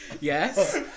Yes